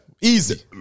Easy